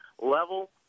level